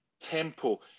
tempo